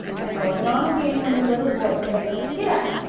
and going on again when the little boy said, giddap!